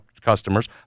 customers